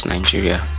Nigeria